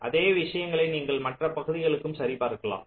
அதே விஷயங்களை நீங்கள் மற்ற பகுதிகளுக்கும் சரிபார்க்கலாம்